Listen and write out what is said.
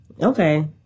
Okay